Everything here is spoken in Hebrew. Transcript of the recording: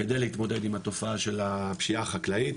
כדי להתמודד עם התופעה של הפשיעה החקלאית.